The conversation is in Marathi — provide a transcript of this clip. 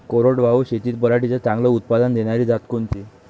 कोरडवाहू शेतीत पराटीचं चांगलं उत्पादन देनारी जात कोनची?